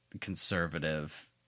conservative